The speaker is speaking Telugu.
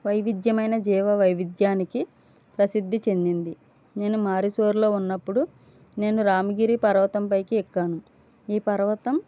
వైవిద్యమైన జీవవైవిధ్యానికి ప్రసిద్ధి చెందింది నేను మైసూర్ ఊళ్ళో ఉన్నప్పుడు నేను రామిగిరి పర్వతం పైకి ఎక్కాను ఈ పర్వతం